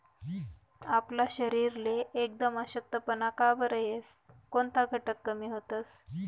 आपला शरीरले एकदम अशक्तपणा का बरं येस? कोनता घटक कमी व्हतंस?